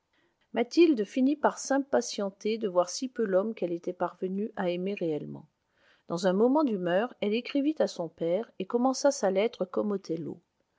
mathilde finit par s'impatienter de voir si peu l'homme qu'elle était parvenue à aimer réellement dans un moment d'humeur elle écrivit à son père et commença sa lettre comme othello